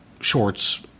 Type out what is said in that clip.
shorts